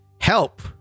Help